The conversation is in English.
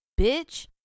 bitch